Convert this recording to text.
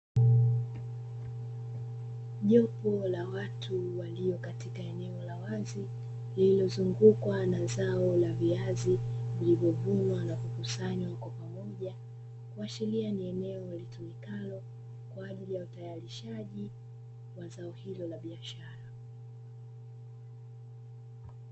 Jopo la watu walio katika eneo la wazi lililozungukwa na zao la viazi vilivyovunwa na kukusanywa pamoja, kuashiria ni eneo litumikalo kwa ajili ya utayarishaji wa zao hilo la biashara.